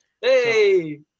Hey